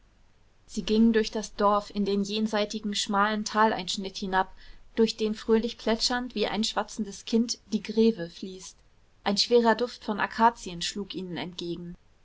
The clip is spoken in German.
sie gingen durch das dorf in den jenseitigen schmalen taleinschnitt hinab durch den fröhlich plätschernd wie ein schwatzendes kind die greve fließt ein schwerer duft von akazien schlug ihnen entgegen